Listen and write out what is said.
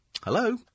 Hello